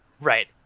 Right